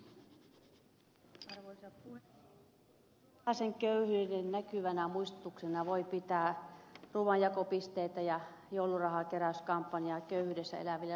jokaisen köyhyyden näkyvänä muistutuksena voi pitää ruuanjakopisteitä ja joulurahakeräyskampanjaa köyhyydessä eläville lapsiperheille